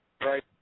Right